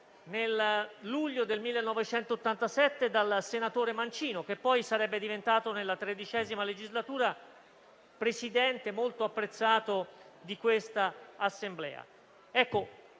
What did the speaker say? nel luglio del 1987 dal senatore Mancino, che poi sarebbe diventato, nella XIII legislatura, Presidente molto apprezzato di questa Assemblea.